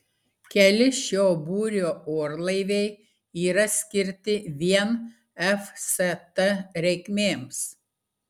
keli šio būrio orlaiviai yra skirti vien fst reikmėms